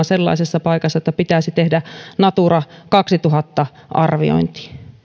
sellaisessa paikassa että pitäisi tehdä natura kaksituhatta arviointi